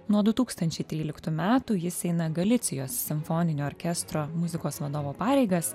nuo du tūkstančiai tryliktų metų jis eina galicijos simfoninio orkestro muzikos vadovo pareigas